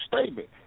statement